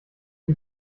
sie